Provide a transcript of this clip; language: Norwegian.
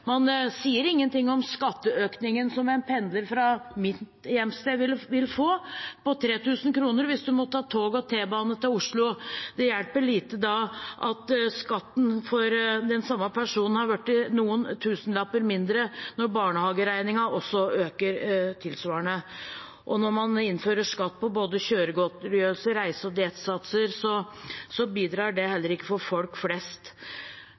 Man sier ingenting om skatteøkningen på 3 000 kr som en pendler fra mitt hjemsted vil få, hvis man må ta tog og t-bane til Oslo. Det hjelper lite at skatten for den samme personen har blitt noen tusenlapper mindre når barnehageregningen også øker tilsvarende. Og når man innfører skatt på både kjøregodtgjørelse og reise- og diettsatser, bidrar det heller ikke for folk flest.